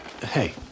Hey